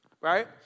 right